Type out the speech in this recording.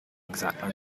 exact